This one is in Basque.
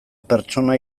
pertsona